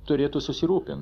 turėtų susirūpint